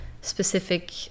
specific